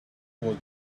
was